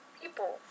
people